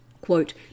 Quote